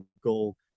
goal